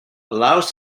allows